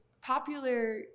popular